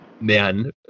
man